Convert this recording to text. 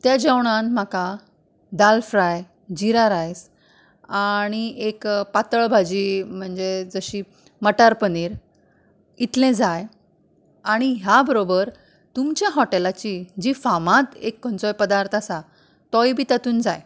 त्या जेवणांत म्हाका दाल फ्राय जिरा रायस आनी एक पातळ भाजी म्हणजे जशी मटार पनीर इतले जाय आनी ह्या बरोबर तूमच्या हॉटेलाची जी फामाद एक खंयचोय पदार्थ आसा तोय बी तातूंत जाय